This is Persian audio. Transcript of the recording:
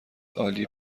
عالی